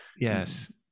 yes